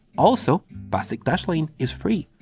also, basic dashlane is free!